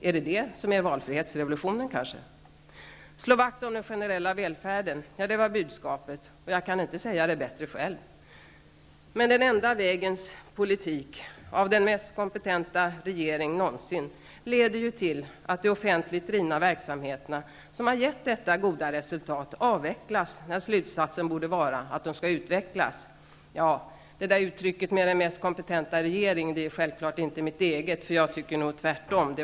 Är det kanske det som är valfrihetsrevolutionen? Slå vakt om den generella välfärden, var budskapet. Jag kan inte säga det på ett bättre sätt själv. Men den enda vägens politik föreslagen av den mest kompetenta regering någonsin leder ju till att de offentligt drivna verksamheterna, som har gett så gott resultat, avvecklas när slutsatsen borde vara att de skall utvecklas. Ja, uttrycket ''den mest kompetenta regeringen'' är självklart inte mitt eget, för jag tycker nog tvärtom.